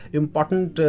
important